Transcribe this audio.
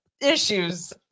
issues